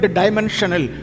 dimensional